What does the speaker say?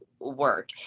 Work